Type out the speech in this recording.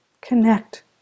connect